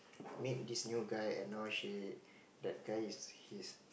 meet this new guy and now she that guy is his